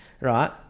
right